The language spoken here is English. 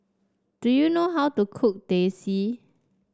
do you know how to cook Teh C